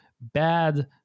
bad